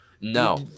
No